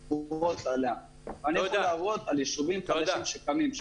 אני יכול להראות על יישובים חדשים שקיימים,